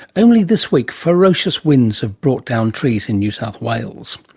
only this week ferocious winds have brought down trees in new south wales.